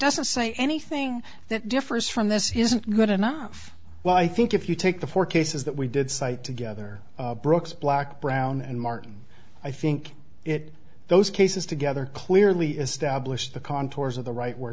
doesn't say anything that differs from this isn't good enough well i think if you take the four cases that we did cite together brooks black brown and martin i think it those cases together clearly established the contours of the right we're